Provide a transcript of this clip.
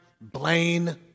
Blaine